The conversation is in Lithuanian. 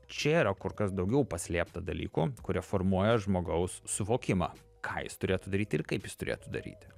čia yra kur kas daugiau paslėpta dalykų kurie formuoja žmogaus suvokimą ką jis turėtų daryti ir kaip jis turėtų daryti